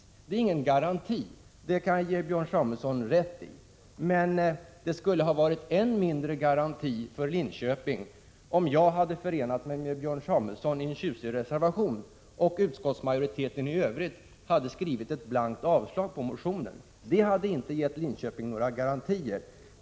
Det är ingen garanti — det kan jag ge Björn Samuelson rätt i —, men det skulle ha inneburit ännu mindre garantier för Linköping om jag hade förenat mig med Björn Samuelson i en tjusig reservation och utskottsmajoriteten i Övrigt föreslagit blankt avslag på motionen. Det hade inte gett Linköping några garantier.